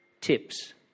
tips